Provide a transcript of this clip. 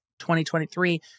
2023